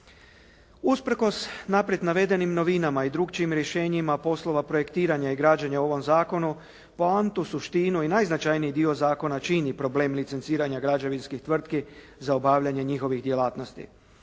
Usprkos naprijed navedenim novinama i drukčijim rješenjima poslova projektiranja i građenja u ovom zakonu poantu, suštinu i najznačajniji dio zakona čini problem licenciranja građevinskih tvrtki za obavljanje njihovih djelatnosti.